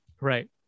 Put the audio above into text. right